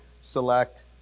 select